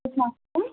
السّلام علیکم